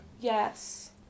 Yes